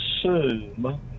assume